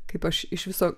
kaip aš iš viso